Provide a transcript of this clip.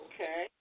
Okay